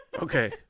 Okay